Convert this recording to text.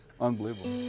unbelievable